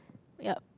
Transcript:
ya